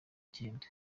icyenda